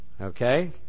Okay